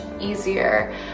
easier